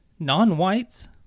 Non-whites